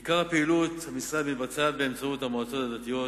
עיקר פעילות המשרד מתבצע באמצעות המועצות הדתיות,